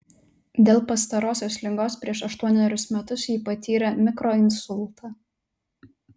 dėl pastarosios ligos prieš aštuonerius metus ji patyrė mikroinsultą